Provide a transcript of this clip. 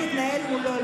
תתנהל מולו,